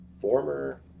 former